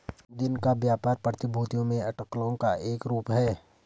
दिन का व्यापार प्रतिभूतियों में अटकलों का एक रूप है